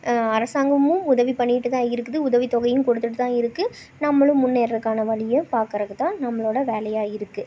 அரசாங்கமும் உதவி பண்ணிகிட்டுதான் இருக்குது உதவித்தொகையும் கொடுத்துட்டுத்தான் இருக்கு நம்மளும் முன்னேறுறக்கான வழியை பார்க்கறக்குதான் நம்மளோட வேலையாக இருக்கு